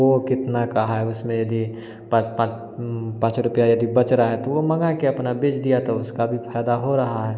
वह कितने का है उसमें यदि पाँच पाँच पाँच रुपया यदि बच रहा है तो वह मंगाकर अपना बेच दिया तो उसका भी फायदा हो रहा है